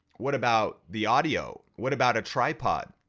what about the audio? what about a tripod?